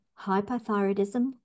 hypothyroidism